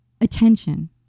attention